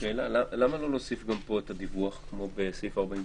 למה לא נוסיף גם פה את הדיווח, כמו בסעיף 48?